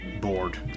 bored